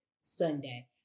Sunday